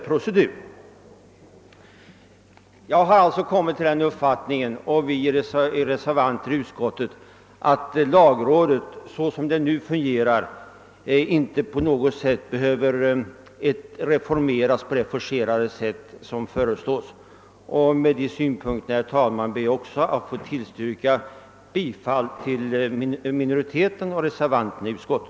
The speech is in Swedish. Vi reservanter i utskottet har alltså kommit till den uppfattningen, att lagrådet som det nu fungerar inte på något sätt behöver reformeras på det forcerade sätt som föreslås. Med anförande av dessa synpunkter, herr talman, ber jag att få tillstyrka bifall till utskottsreservanternas förslag.